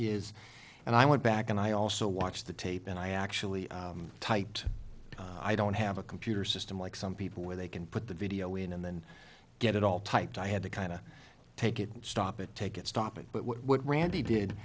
is and i went back and i also watched the tape and i actually typed i don't have a computer system like some people where they can put the video in and then get it all typed i had to kind of take it stop it take it stop it but what randy did